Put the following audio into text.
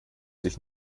sich